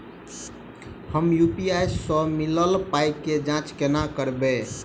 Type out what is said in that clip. हम यु.पी.आई सअ मिलल पाई केँ जाँच केना करबै?